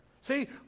See